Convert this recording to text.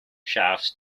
shafts